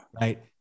Right